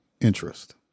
interest